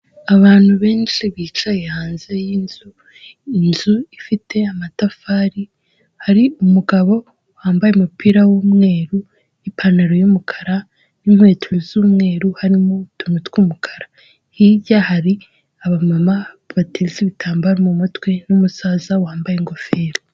Abantu benshi bicaye hanze y'inzu inzu ifite amatafari, hari umugabo wambaye umupira w'umweru, ipantaro y'umukara n'inkweto z'umweru, harimo utuntu tw'umukara. Hirya hari abamama bateze ibitambaro mu mutwe n'umusaza wambaye ingofero.